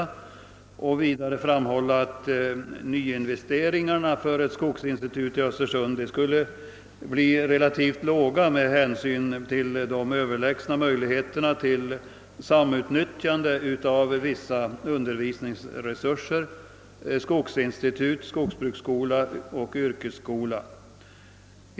Jag vill endast ytterligare framhålla att nyinvesteringarna för ett skogsinstitut i Östersund skulle bli relativt små på grund av de överlägsna möjligheterna till samutnyttjande av vissa undervisningsresurser: skogsinstitut, skogsbruksskola och yrkesskola.